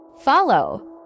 follow